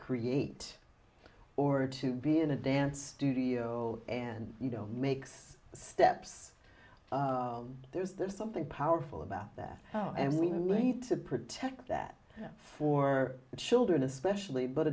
create order to be in a dance studio and you know makes steps there's there's something powerful about that and we need to protect that for children especially but